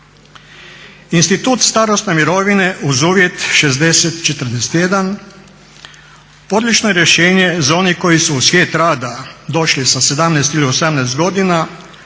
Institut starosne mirovine uz uvjet 60-41 odlično je rješenje za one koji su u svijet rada došli sa sa 17 ili 18 godina,